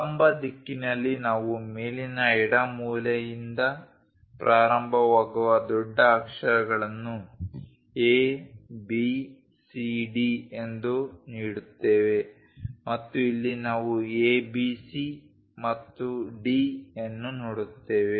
ಲಂಬ ದಿಕ್ಕಿನಲ್ಲಿ ನಾವು ಮೇಲಿನ ಎಡ ಮೂಲೆಯಿಂದ ಪ್ರಾರಂಭವಾಗುವ ದೊಡ್ಡ ಅಕ್ಷರಗಳನ್ನು A B C D ಎಂದು ನೀಡುತ್ತೇವೆ ಮತ್ತು ಇಲ್ಲಿ ನಾವು A B C ಮತ್ತು D ಅನ್ನು ನೋಡುತ್ತೇವೆ